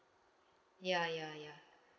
ya ya ya